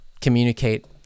communicate